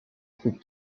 fait